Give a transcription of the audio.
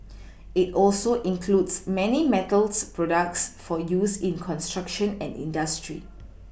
it also includes many metals products for use in construction and industry